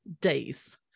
days